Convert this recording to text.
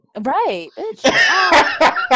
Right